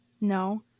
No